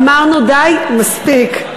אמרנו: די, מספיק.